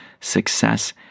success